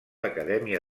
acadèmia